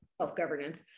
self-governance